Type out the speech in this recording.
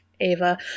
Ava